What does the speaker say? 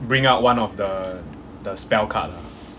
bring out one of the the spell card